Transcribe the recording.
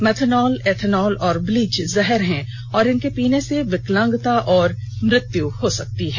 methanol ethanol और bleach जहर हैं और इनके पीने से विकलांगता और मृत्यु हो सकती है